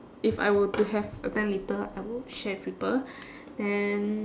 if I were to have a ten litre I would share with people then